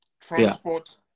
transport